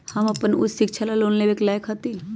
हम अपन उच्च शिक्षा ला लोन लेवे के लायक हती?